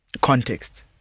context